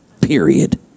Period